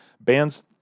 Bands